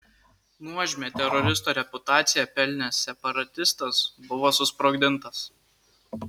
nuožmią teroristo reputaciją pelnęs separatistas buvo susprogdintas